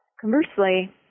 Conversely